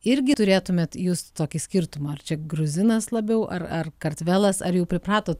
irgi turėtumėt jūs tokį skirtumą ar čia gruzinas labiau ar ar kartvelas ar jau pripratot